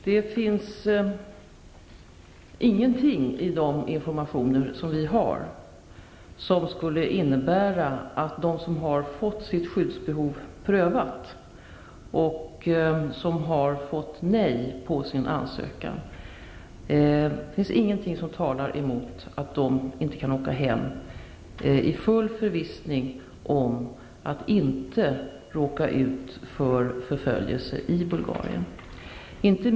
Herr talman! I de informationer som vi har fått finns ingenting som talar emot att de turkbulgarer, som har fått sitt skyddsbehov prövat och som har fått avslag på sin ansökan, skulle kunna åka hem i full förvissning om att de inte kommer att råka ut för förföljelse i Bulgarien.